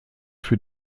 für